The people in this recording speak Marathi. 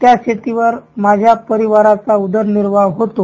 त्या शेतीवर माझ्या परिवाराचा उदरनिर्वाह होतो